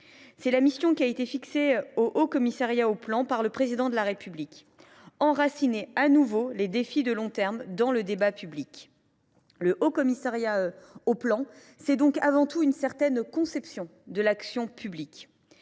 C’est la mission qui a été confiée au Haut Commissariat au plan par le Président de la République : enraciner à nouveau les défis de long terme dans le débat public. Le Haut Commissariat au plan, c’est donc avant tout une certaine conception de l’action publique